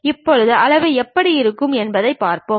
இப்போது அவை எப்படி இருக்கும் என்பதைப் பார்ப்போம்